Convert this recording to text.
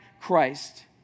Christ